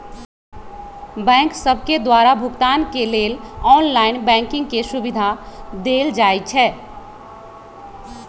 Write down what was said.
bank सभके द्वारा भुगतान के लेल ऑनलाइन बैंकिंग के सुभिधा देल जाइ छै